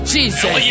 Jesus